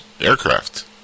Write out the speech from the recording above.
aircraft